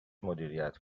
مدیریت